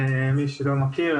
למי שלא מכיר,